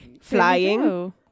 flying